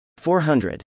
400